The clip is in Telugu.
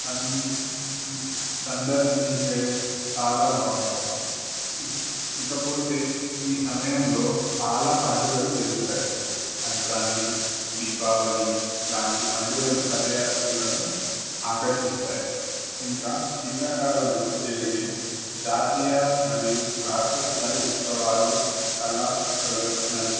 స సందర్భించే చాలా బాగుంటాయి ఇకపోతే ఈ సమయంలో చాలా పండుగలు జరుగుతాయి సంక్రాంతి దీపావళి లాంటి పండుగలు పర్యాటకులను ఆకర్షిస్తాయి ఇంకా శీతాకాలంలో జరిగే జాతీయ మరియు రాష్ట్రస్థాయి ఉత్సవాలు కళా ప్రదర్శనలు